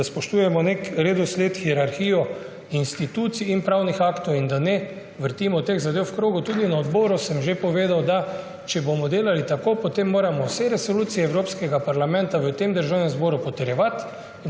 da spoštujemo nek redosled, hierarhijo institucij in pravnih aktov in da ne vrtimo teh zadev v krogu. Tudi na odboru sem že povedal, da če bomo delali tako, potem moramo vse resolucije Evropskega parlamenta v Državnem zboru potrjevati,